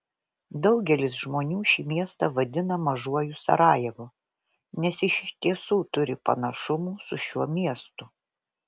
daugelis žmonių šį miestą vadina mažuoju sarajevu nes iš tiesų turi panašumų su šiuo miestu